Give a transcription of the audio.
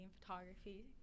photography